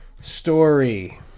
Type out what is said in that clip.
Story